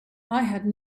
had